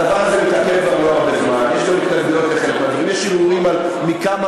הדבר הזה מתעכב לו הרבה זמן, יש גם התנגדויות.